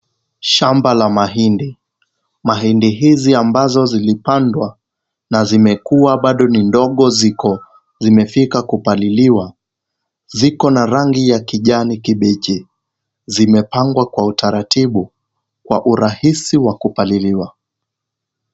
Shamba la mahindi. Mahindi hizi ambazo zilipandwa na zimekuwa bado ni ndogo ziko zimefika kupaliliwa. Ziko na rangi ya kijani kibichi. Zimepangwa kwa utaratibu wa urahisi wa kupaliliwa.